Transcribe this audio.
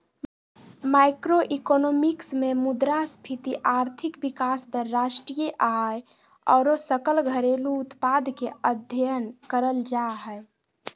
macroeconomics मे मुद्रास्फीति, आर्थिक विकास दर, राष्ट्रीय आय आरो सकल घरेलू उत्पाद के अध्ययन करल जा हय